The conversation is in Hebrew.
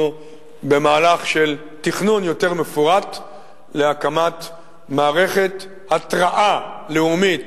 אנחנו במהלך של תכנון יותר מפורט להקמת מערכת התרעה לאומית